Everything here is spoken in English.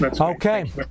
Okay